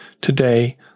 Today